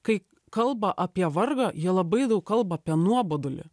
kai kalba apie vargą jie labai daug kalba apie nuobodulį